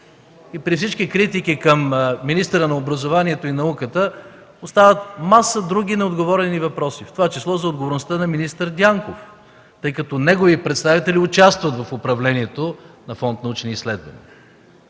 и при всички критики към министъра на образованието и науката остават маса други неотговорени въпроси, в това число за отговорността на министър Дянков, тъй като негови представители участват в управлението на Фонд „Научни изследвания”.